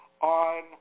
on